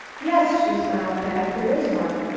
yes, she smiled back, there is one.